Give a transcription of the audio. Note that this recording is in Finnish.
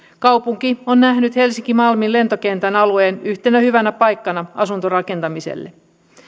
kaupunki on nähnyt helsinki malmin lentokentän alueen yhtenä hyvänä paikkana asuntorakentamiselle